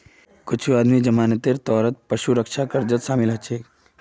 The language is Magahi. कुछू आदमी जमानतेर तौरत पौ सुरक्षा कर्जत शामिल हछेक